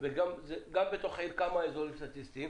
וגם בתוך עיר יש כמה אזורים סטטיסטיים.